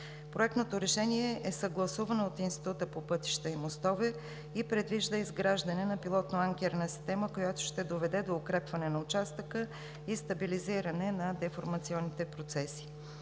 Проектното решение е съгласувано от Института по пътища и мостове и предвижда изграждане на пилотно-анкерна система, която ще доведе до укрепване на участъка и стабилизиране на деформационните процеси.